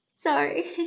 Sorry